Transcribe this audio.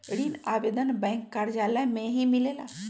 ऋण आवेदन बैंक कार्यालय मे ही मिलेला?